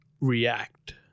react